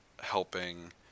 helping